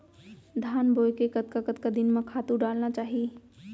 धान बोए के कतका कतका दिन म खातू डालना चाही?